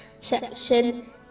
section